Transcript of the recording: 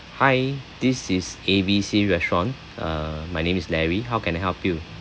hi this is A_B_C restaurant uh my name is larry how can I help you